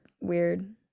weird